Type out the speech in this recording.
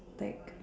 like